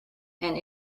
and